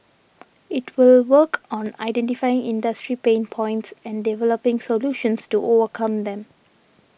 it will work on identifying industry pain points and developing solutions to overcome them